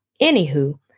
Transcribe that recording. Anywho